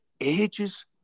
ages